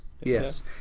Yes